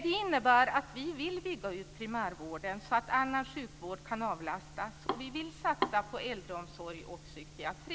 Det innebär att vi vill bygga ut primärvården så att annan sjukvård kan avlastas. Vi vill satsa på äldreomsorg och psykiatri.